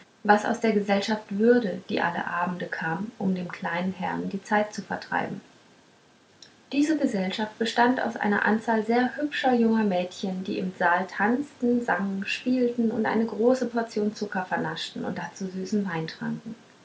was aus der gesellschaft würde die alle abende kam um dem kleinen herrn die zeit zu vertreiben diese gesellschaft bestand aus einer anzahl sehr hübscher junger mädchen die im saal tanzten sangen spielten und eine große portion zucker vernaschten und dazu süßen wein tranken